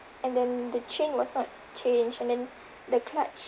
and then the chain was not changed and then the clutch